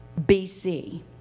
BC